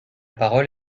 parole